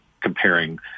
comparing